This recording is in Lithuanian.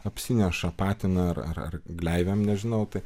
apsineša patina ar ar gleivėm nežinau tai